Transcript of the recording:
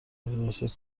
توسعه